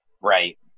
Right